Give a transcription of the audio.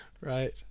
right